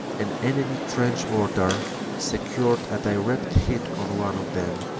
an enemy trench-mortar secured a direct hit on one of them,